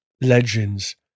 legends